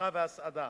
ואבטחה והסעדה,